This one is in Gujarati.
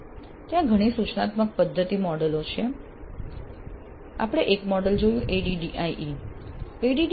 ત્યાં ઘણા સૂચનાત્મક પદ્ધતિ ડિઝાઇન મોડેલો છે આપણે એક મોડેલ જોયું ADDIE